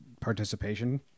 participation